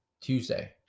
Tuesday